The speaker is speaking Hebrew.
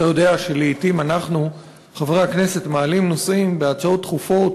אתה יודע שלעתים אנחנו חברי הכנסת מעלים נושאים בהצעות דחופות